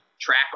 track